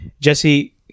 Jesse